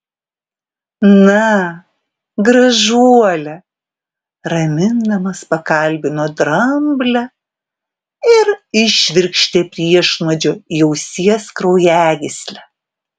na gražuole ramindamas pakalbino dramblę ir įšvirkštė priešnuodžio į ausies kraujagyslę